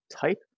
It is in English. type